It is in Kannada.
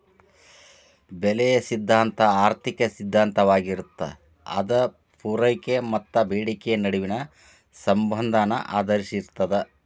ಬೆಲೆಯ ಸಿದ್ಧಾಂತ ಆರ್ಥಿಕ ಸಿದ್ಧಾಂತವಾಗಿರತ್ತ ಅದ ಪೂರೈಕೆ ಮತ್ತ ಬೇಡಿಕೆಯ ನಡುವಿನ ಸಂಬಂಧನ ಆಧರಿಸಿರ್ತದ